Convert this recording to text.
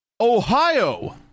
Ohio